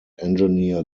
engineer